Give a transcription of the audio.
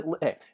hey